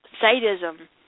sadism